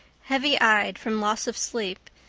heavy eyed from loss of sleep,